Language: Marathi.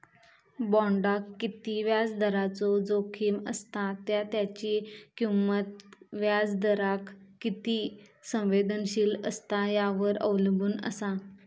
बॉण्डाक किती व्याजदराचो जोखीम असता त्या त्याची किंमत व्याजदराक किती संवेदनशील असता यावर अवलंबून असा